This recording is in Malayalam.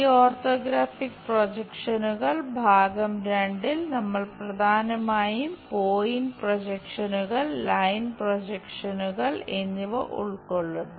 ഈ ഓർത്തോഗ്രാഫിക് പ്രൊജക്ഷനുകൾ ഭാഗം 2 ൽ നമ്മൾ പ്രധാനമായും പോയിന്റ് പ്രൊജക്ഷനുകൾ ലൈൻ പ്രൊജക്ഷനുകൾ എന്നിവ ഉൾക്കൊള്ളുന്നു